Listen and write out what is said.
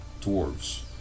dwarves